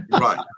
Right